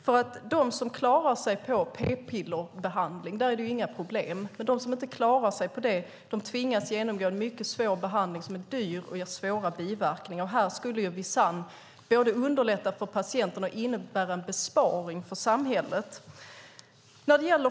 För dem som klarar sig på p-pillerbehandling är det inga problem, men de som inte klarar sig på det tvingas genomgå en mycket svår behandling som är dyr och ger svåra biverkningar. Här skulle Visanne både underlätta för patienten och innebära en besparing för samhället.